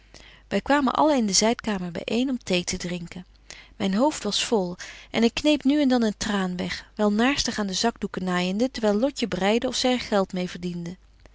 wy kwamen allen in de zydkamer byëen om thee te drinken myn hoofd was vol en ik kneep nu en dan een traan weg wel naarstig aan de zakdoeken naaijende terwyl lotje breide of zy er geld meê verdiende